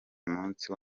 umunsi